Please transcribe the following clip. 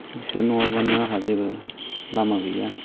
बिसोर नङाब्लानो आंहा जेबो लामा गैया